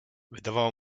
wydawało